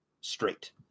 straight